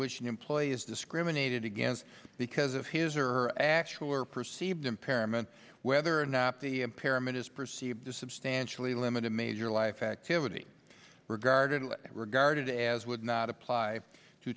which an employee is discriminated against because of his or actually or perceived impairment whether or not the parent is perceived as substantially limited major life activity regarded regarded as would not apply to